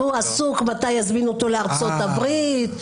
והוא עסוק מתי יזמינו אותו לארצות הברית.